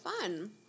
fun